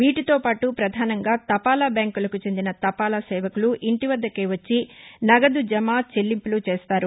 వీటితోపాటు ప్రధానంగా తపాలా బ్యాంకులకు చెందిన తపాలా సేవకులు ఇంటీవద్దకే వచ్చి నగదు జమ చెల్లింపులు చేస్తారు